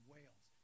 Wales